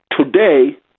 Today